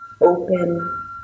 open